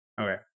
Okay